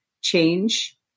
change